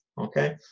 okay